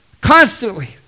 constantly